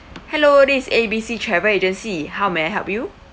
hello this is A B C travel agency how may I help you